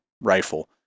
rifle